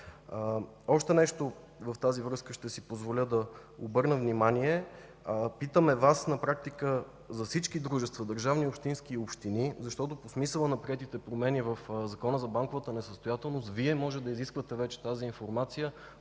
още нещо в тази връзка. Питаме Вас на практика за всички дружества – държавни, общински и общини, защото по смисъла на приетите промени в Закона за банковата несъстоятелност Вие може да изискате вече тази информация